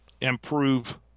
improve